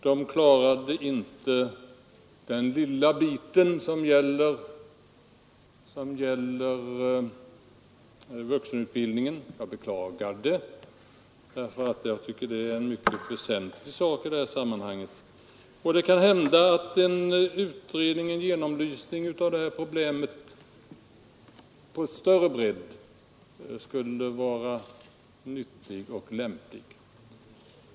De klarade inte den lilla biten som gäller vuxenutbildningen, och det beklagar jag, eftersom jag tycker att det är en mycket väsentlig sak i sammanhanget. Och det kan hända att en genomlysning av problemen på större bredd skulle vara nyttig och lämplig.